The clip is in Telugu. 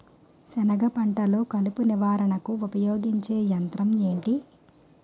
సెనగ పంటలో కలుపు నివారణకు ఉపయోగించే యంత్రం ఏంటి?